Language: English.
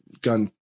gun